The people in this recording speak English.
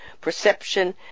perception